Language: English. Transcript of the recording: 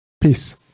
Peace